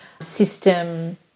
system